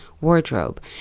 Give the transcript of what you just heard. wardrobe